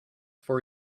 for